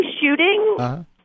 shooting